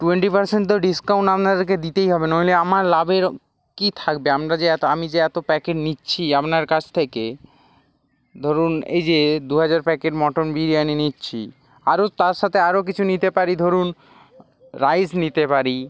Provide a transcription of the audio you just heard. twenty percent তো discount আপনাদেরকে দিতেই হবে নইলে আমার লাভের কী থাকবে আমরা যে এত আমি যে এত প্যাকেট নিচ্ছি আপনার কাছ থেকে ধরুন এই যে দু হাজার প্যাকেট মটন বিরিয়ানি নিচ্ছি আরও তার সাথে আরও কিছু নিতে পারি ধরুন রাইস নিতে পারি